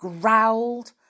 growled